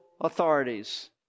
authorities